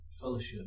fellowship